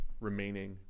remaining